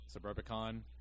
Suburbicon